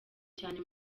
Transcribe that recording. cyane